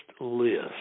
list